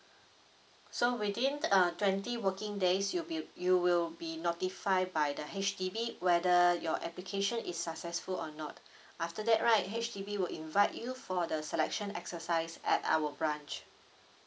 so within uh twenty working days you'll be you will be notify by the H_D_B whether your application is successful or not after that right H_D_B will invite you for the selection exercise at our branch